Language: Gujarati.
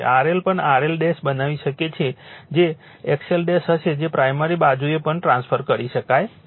RL પણ RL બનાવી શકે છે જે X L હશે જે પ્રાઇમરી બાજુએ પણ ટ્રાન્સફર કરી શકાય છે